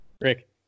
Rick